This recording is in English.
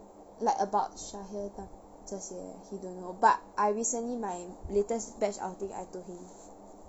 like about shahil 那这些 he don't know but I recently my latest batch outing I told him